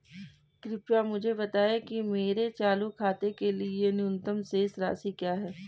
कृपया मुझे बताएं कि मेरे चालू खाते के लिए न्यूनतम शेष राशि क्या है?